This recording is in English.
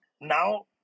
Now